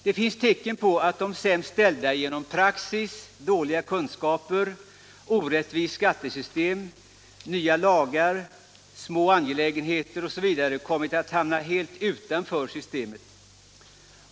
Det finns tecken på att de sämst ställda genom praxis, dåliga kunskaper, orättvist skattesystem, nya lagar, ”små angelägenheter” osv. kommit att hamna helt utanför systemet.